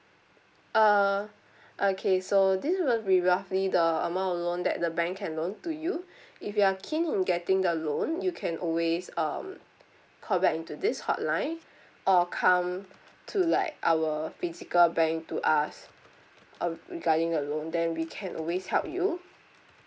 uh okay so this will be roughly the amount of loan that the bank can loan to you if you are keen in getting a loan you can always um call back into this hotline or come to like our physical bank to ask um regarding the loan then we can always help you